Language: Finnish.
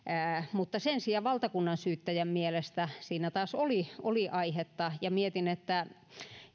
mutta sen sijaan valtakunnansyyttäjän mielestä siinä taas oli oli aihetta mietin että